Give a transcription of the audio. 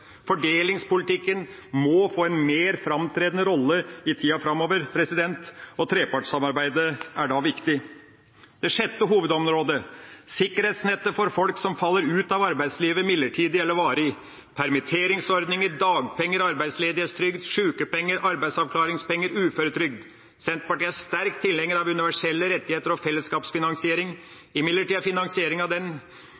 Fordelingspolitikken må få en mer framtredende rolle i tida framover, og trepartssamarbeidet er da viktig. Det sjette hovedområdet er sikkerhetsnettet for folk som faller ut av arbeidslivet midlertidig eller varig: permitteringsordninger, dagpenger, arbeidsledighetstrygd, sjukepenger, arbeidsavklaringspenger, uføretrygd. Senterpartiet er sterk tilhenger av universelle rettigheter og fellesskapsfinansiering. Imidlertid er finansieringa av denne grunnholdning avhengig av